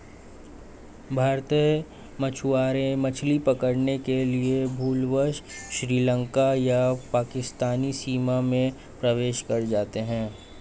भारतीय मछुआरे मछली पकड़ने के लिए भूलवश श्रीलंका या पाकिस्तानी सीमा में प्रवेश कर जाते हैं